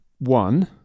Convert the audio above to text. One